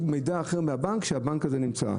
מידע אחר מהבנק העמלות הן מאוד גבוהות.